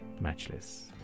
Matchless